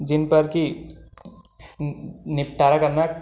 जिन पर कि निपटारा करना